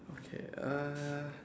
okay uh